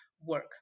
work